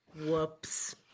Whoops